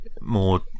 more